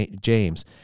James